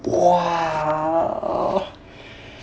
!wah!